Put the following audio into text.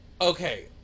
Okay